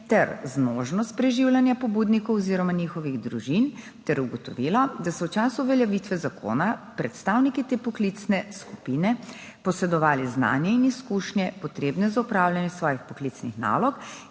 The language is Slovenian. ter zmožnost preživljanja pobudnikov oziroma njihovih družin ter ugotovilo, da so v času uveljavitve zakona predstavniki te poklicne skupine posredovali znanje in izkušnje, potrebne za opravljanje svojih poklicnih nalog,